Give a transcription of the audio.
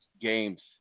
games